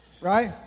Right